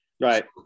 right